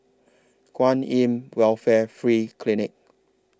Kwan in Welfare Free Clinic